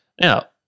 Now